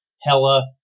Hella